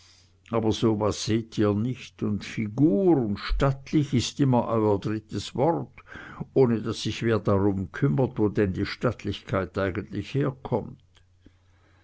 aber so was seht ihr nicht und figur und stattlich ist immer euer drittes wort ohne daß sich wer drum kümmert wo denn die stattlichkeit eigentlich herkommt